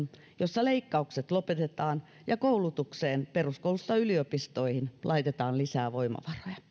jossa leikkaukset lopetetaan ja koulutukseen peruskoulusta yliopistoihin laitetaan lisää voimavaroja